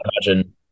imagine